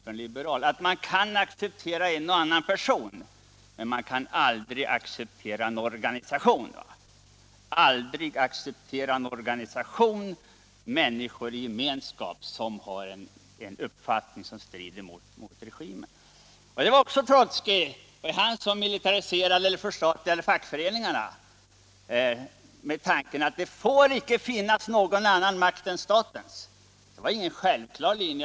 Och det är den att man kan acceptera en och annan person, men man kan aldrig acceptera en organisation, alltså människor i gemenskap, med en uppfattning som strider mot regimens. Det var ju också Trotskij som militariserade eller förstatligade fackföreningarna, och han gjorde det med den baktanken att det inte får finnas någon annan makt än staten. Detta var ingen självklar linje.